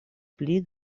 pli